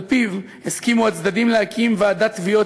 שעל-פיו הסכימו הצדדים להקים ועדת תביעות